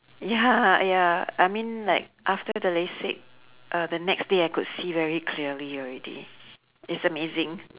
ya ya I mean like after the lasik uh the next day I could see very clearly already it's amazing